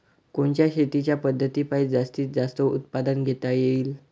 कोनच्या शेतीच्या पद्धतीपायी जास्तीत जास्त उत्पादन घेता येईल?